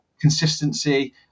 consistency